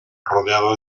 rodeado